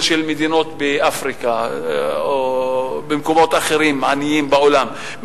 של מדינות באפריקה או במקומות עניים אחרים בעולם,